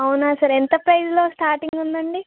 అవునా సార్ ఎంత ప్రైస్లో స్టార్టింగ్ ఉందండి